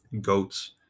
goats